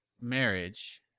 marriage